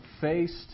faced